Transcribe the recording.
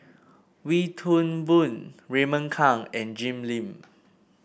Wee Toon Boon Raymond Kang and Jim Lim